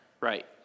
Right